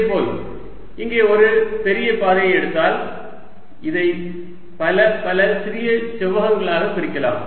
இதேபோல் இங்கே நான் ஒரு பெரிய பாதையை எடுத்தால் இதை பல பல சிறிய செவ்வகங்களாக பிரிக்கலாம்